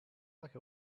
like